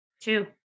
two